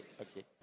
okay